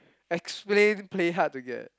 explain play hard to get